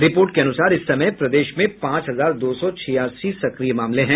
report के अनुसार इस समय प्रदेश में पांच हजार दो सौ छियासी सक्रिय मामले हैं